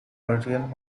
bergen